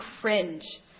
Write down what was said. cringe